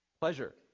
Pleasure